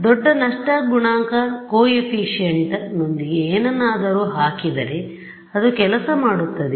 ದೊಡ್ಡ ನಷ್ಟ ಗುಣಾಂಕ ಕೊಎಫಿಶಿಯನ್ಟ್ನೊಂದಿಗೆ ಏನನ್ನಾದರೂ ಹಾಕಿದರೆ ಅದು ಕೆಲಸ ಮಾಡುತ್ತದೆ